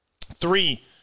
Three